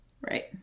Right